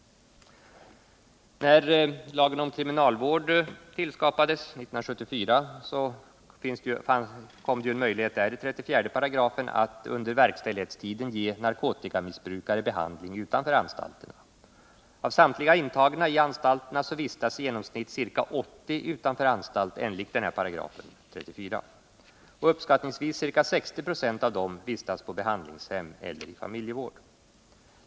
När lagen om kriminalvård tillskapades 1974 kom i 34 § en möjlighet att under verkställighetstiden ge narkotikamissbrukare behandling utanför anstalterna. Av samtliga intagna på anstalterna vistas i genomsnitt ca 80 utanför anstalt i enlighet med denna paragraf. Uppskattningsvis 60 26 av dem vistas på behandlingshem eller i familjevård.